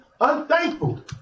Unthankful